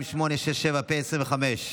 פ/2867/25,